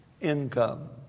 income